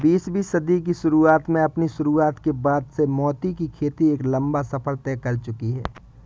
बीसवीं सदी की शुरुआत में अपनी शुरुआत के बाद से मोती की खेती एक लंबा सफर तय कर चुकी है